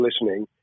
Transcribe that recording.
listening